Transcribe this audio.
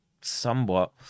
somewhat